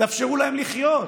תאפשרו להם לחיות.